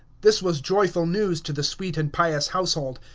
this was joyful news to the sweet and pious household,